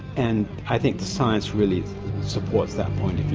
and i think the science really supports that point